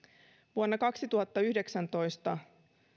vuonna kaksituhattayhdeksäntoista